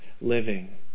living